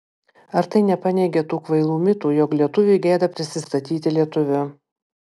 ar tai nepaneigia tų kvailų mitų jog lietuviui gėda prisistatyti lietuviu